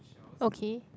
okay